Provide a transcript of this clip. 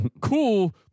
cool